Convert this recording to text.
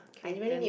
okay then